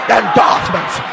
endorsements